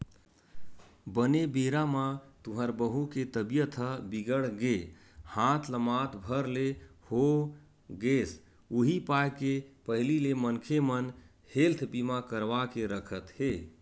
बने बेरा म तुँहर बहू के तबीयत ह बिगड़ गे हाथ लमात भर ले हो गेस उहीं पाय के पहिली ले मनखे मन हेल्थ बीमा करवा के रखत हे